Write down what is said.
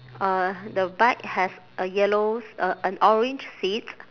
uh the bike has a yellow s~ uh an orange seat